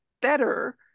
better